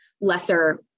lesser